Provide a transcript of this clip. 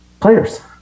Players